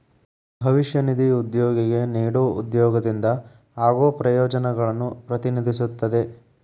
ಭವಿಷ್ಯ ನಿಧಿ ಉದ್ಯೋಗಿಗೆ ನೇಡೊ ಉದ್ಯೋಗದಿಂದ ಆಗೋ ಪ್ರಯೋಜನಗಳನ್ನು ಪ್ರತಿನಿಧಿಸುತ್ತದೆ